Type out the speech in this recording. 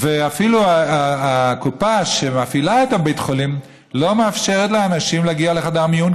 אפילו הקופה שמפעילה את בית החולים לא מאפשרת לאנשים להגיע לחדר מיון,